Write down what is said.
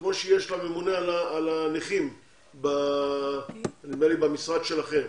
כמו שיש לממונה על הנכים במשרד המשפטים.